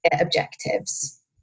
objectives